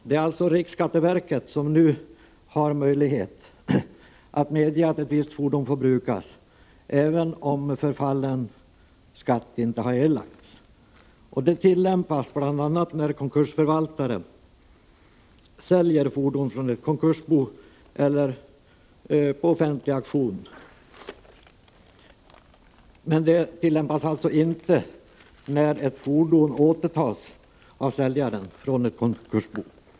Det är alltså riksskatteverket som nu har möjlighet att medge att ett visst fordon får brukas, även om förfallen skatt inte har erlagts. Denna ordning tillämpas bl.a. när konkursförvaltaren säljer fordon från ett konkursbo eller på offentlig auktion. Men den tillämpas inte då ett fordon återtas av säljaren från ett konkursbo.